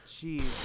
jeez